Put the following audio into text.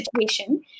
situation